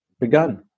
begun